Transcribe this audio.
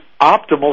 optimal